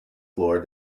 floor